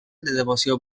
devoció